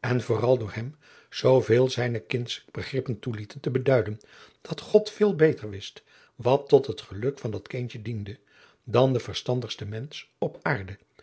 en vooral door hem zoo veel zijne kindsche begrippen toelieten te beduiden dat god veel beter wist wat tot het geluk van dat kindje diende dan de verstandigste mensch op aarde